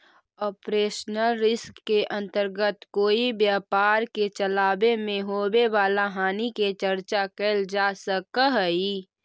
operational risk के अंतर्गत कोई व्यापार के चलावे में होवे वाला हानि के चर्चा कैल जा सकऽ हई